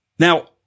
Now